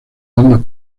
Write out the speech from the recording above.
bandas